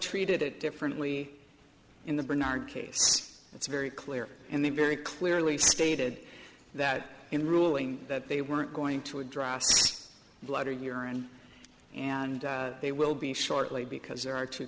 treated it differently in the bernard case it's very clear and they very clearly stated that in the ruling that they weren't going to address blood or urine and they will be shortly because there are two